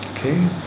Okay